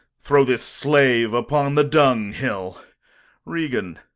throw this slave upon the dunghill. regan,